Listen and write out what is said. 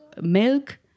milk